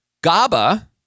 GABA